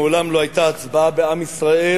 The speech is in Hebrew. מעולם לא היתה הצבעה בעם ישראל,